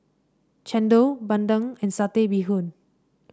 chendol bandung and Satay Bee Hoon